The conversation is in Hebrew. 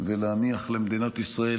ולהניח למדינת ישראל,